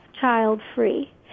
child-free